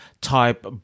type